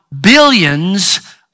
billions